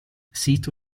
sito